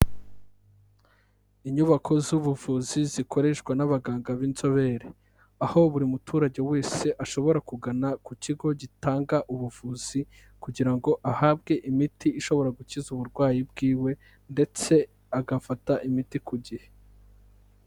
Inyubako z'ubuvuzi zikoreshwa n'abaganga b'inzobere, aho buri muturage wese ashobora kugana ku kigo gitanga ubuvuzi kugira ngo ahabwe imiti ishobora gukiza uburwayi bwiwe, ndetse agafata imiti ku gihe.